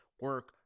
Work